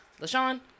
Lashawn